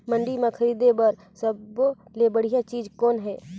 मंडी म खरीदे बर सब्बो ले बढ़िया चीज़ कौन हे?